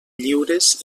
lliures